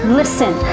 listen